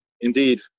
Indeed